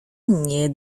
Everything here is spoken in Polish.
nie